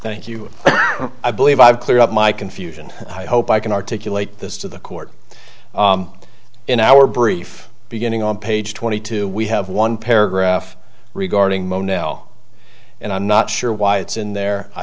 thank you i believe i've cleared up my confusion i hope i can articulate this to the court in our brief beginning on page twenty two we have one paragraph regarding mono and i'm not sure why it's in there i